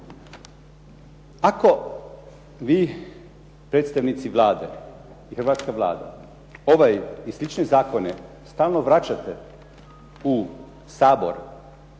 Ako vi predstavnici Vlade i hrvatska Vlada ovaj i slični zakone stalno vraćate u Sabor